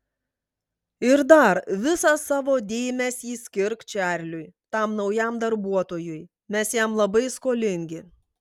ir dar visą savo dėmesį skirk čarliui tam naujam darbuotojui mes jam labai skolingi